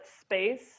space